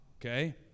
okay